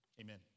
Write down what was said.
Amen